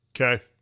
Okay